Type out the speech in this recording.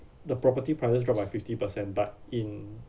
the property prices drop by fifty percent but in